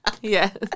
Yes